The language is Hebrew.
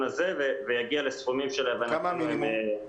הזה ויגיע לסכומים שלהבנתי הם יותר גבוהים.